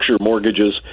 mortgages